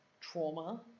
trauma